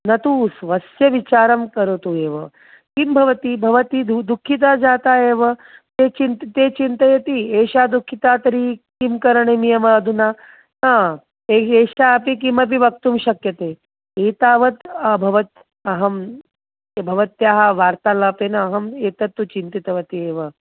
न तु स्वस्य विचारं करोतु एव किं भवति भवती दु दुःखिता जाता एव ते चिन्ता ते चिन्तयति एषा दुःखिता तर्हि किं करणीयम् अधुना एषा एषा अपि किमपि वक्तुं शक्यते एतावत् अभवत् अहं भवत्याः वार्तालापेन अहम् एतत्तु चिन्तितवती एव